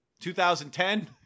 2010